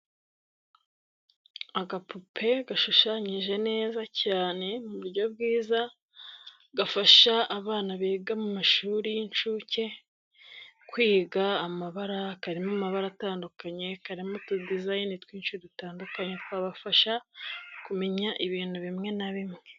Agapupe gashushanyije neza cyane mu buryo bwiza, gafasha abana biga mu mashuri y'incuke kwiga amabara, karimo amabara atandukanye, karimo utudizayini twinshi dutandukanye twabafasha kumenya ibintu bimwe na bimwe.